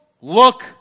look